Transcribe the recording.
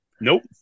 Nope